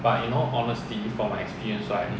mm